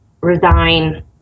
resign